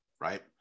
right